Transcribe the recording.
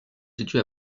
situe